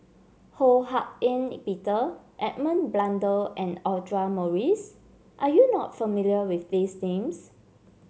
Ho Hak Ean Peter Edmund Blundell and Audra Morrice are you not familiar with these names